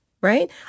right